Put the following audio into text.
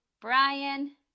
Brian